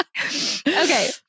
okay